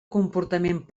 comportament